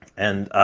and,